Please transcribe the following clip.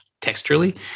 texturally